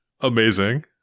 Amazing